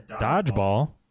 Dodgeball